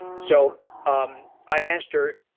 so um i asked her,